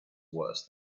worse